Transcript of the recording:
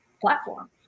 platform